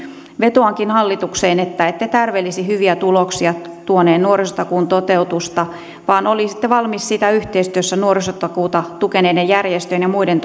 vetoankin hallitukseen että ette tärvelisi hyviä tuloksia tuoneen nuorisotakuun toteutusta vaan olisitte valmiita sitä yhteistyössä nuorisotakuuta tukeneiden järjestöjen ja muiden